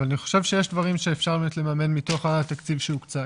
אני חושב שיש דברים שאפשר לממן מתוך התקציב שהוקצה,